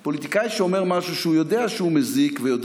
פוליטיקאי שאומר משהו שהוא יודע שהוא מזיק ויודע